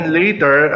later